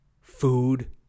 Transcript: food